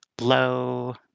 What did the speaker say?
low